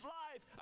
life